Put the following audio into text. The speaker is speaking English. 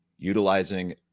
Utilizing